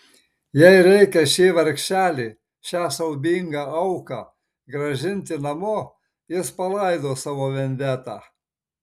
jei reikia šį vargšelį šią siaubingą auką grąžinti namo jis palaidos savo vendetą